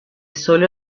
sólo